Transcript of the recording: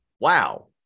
Wow